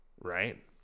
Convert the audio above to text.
right